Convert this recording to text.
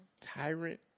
Tyrant